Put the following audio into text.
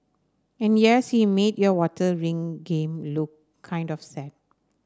and yes he made your water ring game look kind of sad